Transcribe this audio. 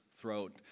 throat